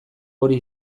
hori